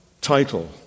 title